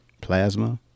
Plasma